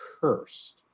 cursed